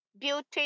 beauty